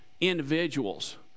individuals